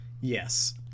yes